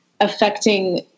affecting